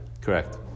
Correct